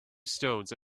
stones